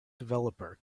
developer